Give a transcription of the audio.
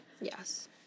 yes